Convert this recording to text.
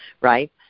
right